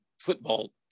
football